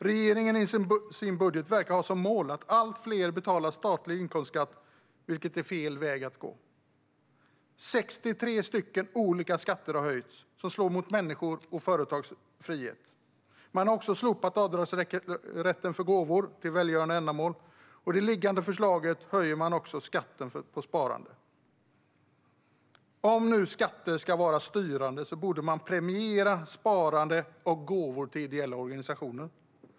Regeringen verkar i sin budget ha som mål att allt fler ska betala statlig inkomstskatt, vilket är fel väg att gå. 63 olika skatter som slår mot människors och företags frihet har höjts. Man har också slopat avdragsrätten för gåvor till välgörande ändamål, och i det liggande förslaget till budget höjer man också skatten på sparande. Om skatter ska vara styrande borde man premiera sparande och gåvor till ideella organisationer.